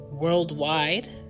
worldwide